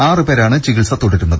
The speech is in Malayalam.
ആറുപേരാണ് ചികിത്സ തുടരുന്നത്